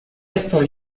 restons